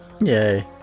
Yay